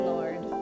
Lord